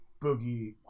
Boogie